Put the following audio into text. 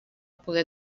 poder